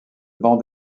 bancs